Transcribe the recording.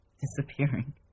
disappearing